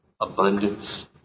abundance